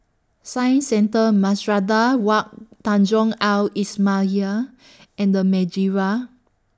Science Centre Wak Tanjong Al and The Madeira